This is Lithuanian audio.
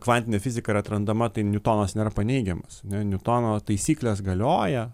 kvantinė fizika yra atrandama tai niutonas nėra paneigiamas ane niutono taisyklės galioja